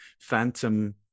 phantom